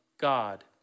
God